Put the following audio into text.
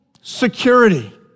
security